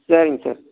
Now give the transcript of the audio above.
சரிங்க சார்